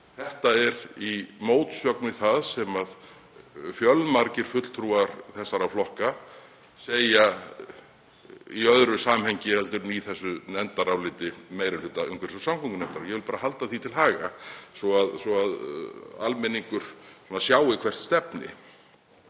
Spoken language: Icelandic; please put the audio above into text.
Það er í mótsögn við það sem fjölmargir fulltrúar þessara flokka segja í öðru samhengi en í nefndaráliti meiri hluta umhverfis- og samgöngunefndar. Ég vil bara halda því til haga svo að almenningur sjái hvert stefni.